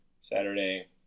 Saturday